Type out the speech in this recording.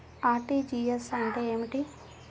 RTGS అంటే ఏమిటి?